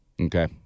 Okay